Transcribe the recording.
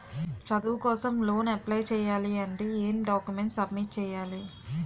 చదువు కోసం loan apply చేయాలి అంటే ఎం డాక్యుమెంట్స్ సబ్మిట్ చేయాలి?